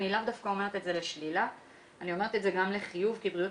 אני לא אומרת את זה לשלילה אלא גם לחיוב כי בריאות